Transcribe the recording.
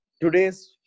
today's